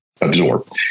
absorb